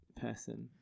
...person